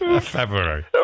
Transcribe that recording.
February